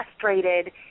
frustrated